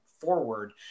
forward